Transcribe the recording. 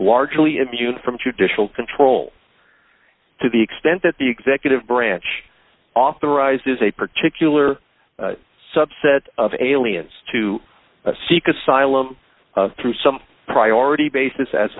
largely immune from judicial control to the extent that the executive branch authorizes a particular subset of aliens to seek asylum through some priority basis as